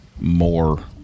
more